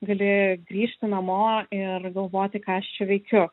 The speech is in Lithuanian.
gali grįžti namo ir galvoti ką aš čia veikiu